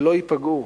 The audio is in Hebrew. לא ייפגעו,